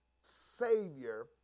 Savior